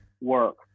work